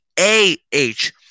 A-H